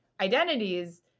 identities